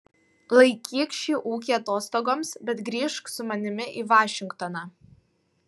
laikyk šį ūkį atostogoms bet grįžk su manimi į vašingtoną